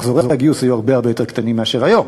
מחזורי הגיוס היו הרבה הרבה יותר קטנים מאשר היום.